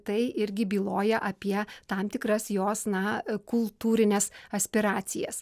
tai irgi byloja apie tam tikras jos na kultūrines aspiracijas